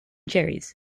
cherries